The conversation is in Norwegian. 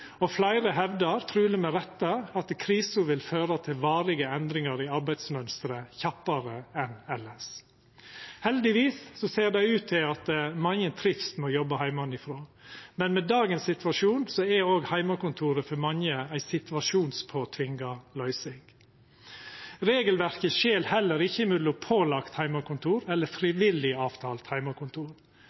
Fleire hevdar, truleg med rette, at krisa vil føra til varige endringar i arbeidsmønsteret, kjappare enn elles. Heldigvis ser det ut til at mange trivst med å jobba heimanfrå, men med dagens situasjon er òg heimekontoret for mange ei situasjonspåtvinga løysing. Regelverket skil heller ikkje mellom pålagt heimekontor eller frivillig avtalt